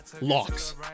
locks